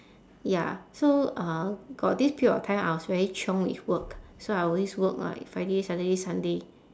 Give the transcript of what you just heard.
ya so uh got this period of time I was very chiong with work so I always work like friday saturday sunday